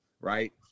Right